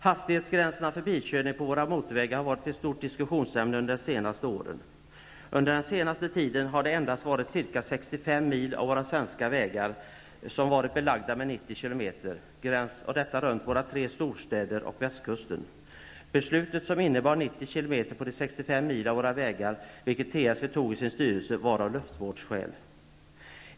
Hastighetsgränserna för bilkörning på våra motorvägar har varit ett stort diskussionsämne under de senaste åren. Under senare tid har endast ca 65 mil av våra svenska vägar varit belagda med 90 km. Det har varit så runt våra tre storstäder och på västkusten. Beslutet om 90 km på 65 mil av våra vägar, och detta beslut fattade TSV i sin styrelse, grundades på luftvårdsskäl.